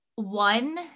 one